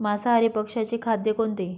मांसाहारी पक्ष्याचे खाद्य कोणते?